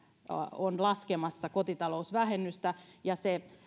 on laskemassa kotitalousvähennystä ja se